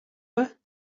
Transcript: were